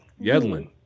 Yedlin